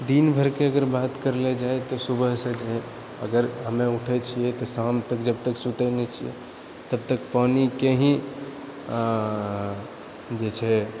दिन भरिके अगर बात करले जाइ तऽ सुबहसँ अगर हमे उठए छिऐ तऽ शाम तक जब तक सुतए नहि छिऐ तब तक पानिके ही जे छै